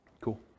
Cool